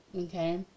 okay